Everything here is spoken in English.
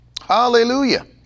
Hallelujah